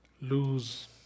lose